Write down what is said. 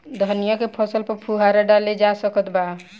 धनिया के फसल पर फुहारा डाला जा सकत बा?